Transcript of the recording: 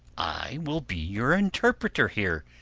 i will be your interpreter here,